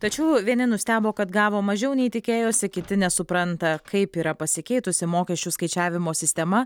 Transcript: tačiau vieni nustebo kad gavo mažiau nei tikėjosi kiti nesupranta kaip yra pasikeitusi mokesčių skaičiavimo sistema